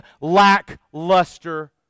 lackluster